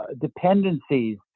dependencies